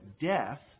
death